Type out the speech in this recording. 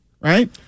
right